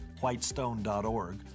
whitestone.org